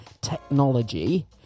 technology